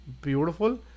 beautiful